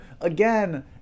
again